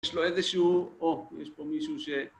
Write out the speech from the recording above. יש לו איזשהוא... ‫או, יש פה מישהו ש...